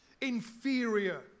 inferior